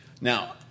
Now